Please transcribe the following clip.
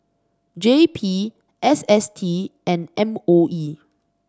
J P S S T and M O E